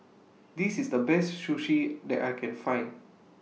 This IS The Best Sushi that I Can Find